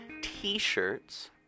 t-shirts